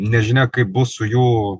nežinia kaip bus su jų